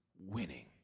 winning